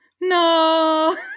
no